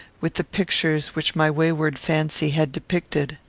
with the pictures which my wayward fancy had depicted.